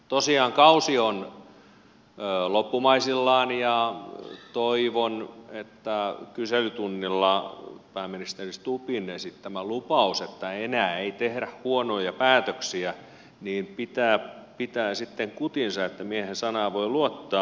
tosiaan kausi on loppumaisillaan ja toivon että kyselytunnilla pääministeri stubbin esittämä lupaus että enää ei tehdä huonoja päätöksiä pitää sitten kutinsa että miehen sanaan voi luottaa